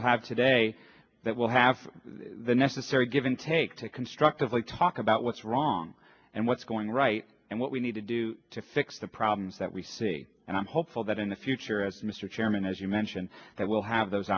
will have today that will have the necessary given take to constructively talk about what's wrong and what's going right and what we need to do to fix the problems that we see and i'm hopeful that in the future as mr chairman as you mentioned that we'll have those